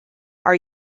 are